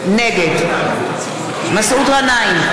נגד מסעוד גנאים,